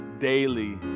daily